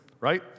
right